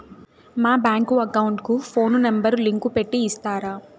మా bank account కు phone number link పెట్టి ఇస్తారా?